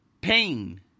Pain